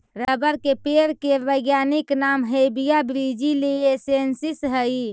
rubber के पेड़ के वैज्ञानिक नाम हैविया ब्रिजीलिएन्सिस हइ